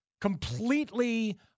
completely